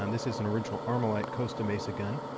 um this is an original armalite costa mesa gun.